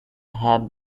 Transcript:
have